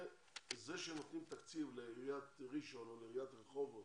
זה שנותנים תקציב לעיריית ראשון או לעיריית רחובות